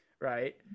right